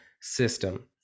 system